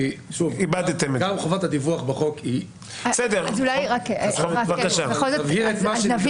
כי גם חובת הדיווח בחוק היא --- בכל זאת נבהיר,